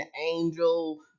angel